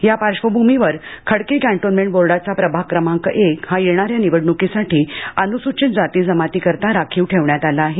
या पार्श्वचभूमीवर खडकी कॅन्टोन्मेंट बोर्डाचा प्रभाग क्रमांक एक हा येणार्या निवडणूकीकरीता अनूसूचित जातीजमाती करीता राखीव ठेवण्यात आला आहे